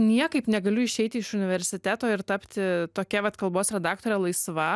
niekaip negaliu išeiti iš universiteto ir tapti tokia vat kalbos redaktore laisva